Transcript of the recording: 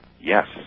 Yes